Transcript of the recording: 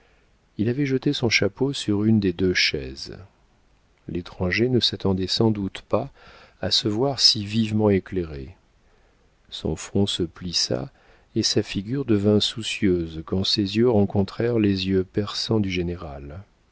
il avait jeté son chapeau sur une des deux chaises l'étranger ne s'attendait sans doute pas à se voir si vivement éclairé son front se plissa et sa figure devint soucieuse quand ses yeux rencontrèrent les yeux perçants du général